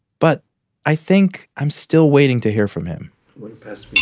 but i think i'm still waiting to hear from him